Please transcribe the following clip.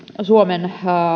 suomen